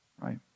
Right